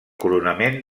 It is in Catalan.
coronament